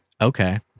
Okay